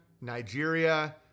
Nigeria